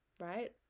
right